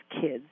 kids